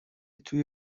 توی